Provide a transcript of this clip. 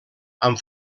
amb